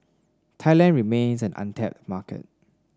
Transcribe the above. Thailand remains an untapped market